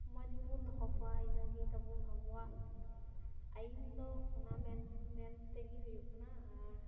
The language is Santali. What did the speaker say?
ᱢᱚᱡᱽ ᱜᱮᱵᱚᱱ ᱫᱚᱦᱚ ᱠᱚᱣᱟ ᱤᱱᱟᱹ ᱜᱮ ᱛᱟᱵᱚᱱ ᱟᱵᱚᱣᱟᱜ ᱟᱹᱭᱤᱱ ᱫᱚ ᱚᱱᱟ ᱢᱮᱱ ᱢᱮᱱ ᱛᱮᱜᱮ ᱦᱩᱭᱩᱜ ᱠᱟᱱᱟ ᱟᱨ